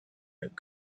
had